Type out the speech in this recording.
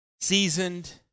seasoned